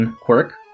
quirk